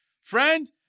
Friend